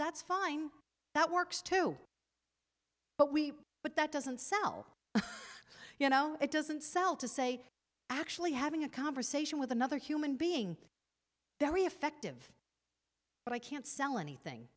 that's fine that works too but we but that doesn't sell you know it doesn't sell to say actually having a conversation with another human being very effective but i can't sell anything